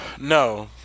No